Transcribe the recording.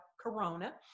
corona